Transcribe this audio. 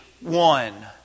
one